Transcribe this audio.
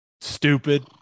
stupid